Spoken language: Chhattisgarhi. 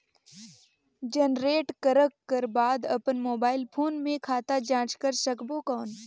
जनरेट करक कर बाद अपन मोबाइल फोन मे खाता जांच कर सकबो कौन?